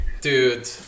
dude